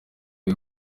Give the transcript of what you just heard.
y’u